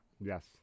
Yes